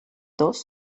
dos